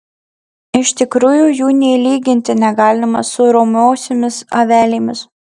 iš tikrųjų jų nė lyginti negalima su romiosiomis avelėmis